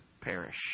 Perish